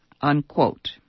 unquote